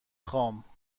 خوام